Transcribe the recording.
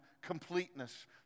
completeness